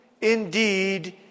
indeed